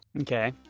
Okay